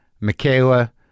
Michaela